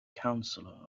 counselor